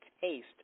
taste